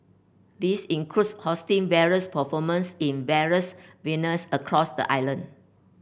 this includes hosting various performers in various venues across the island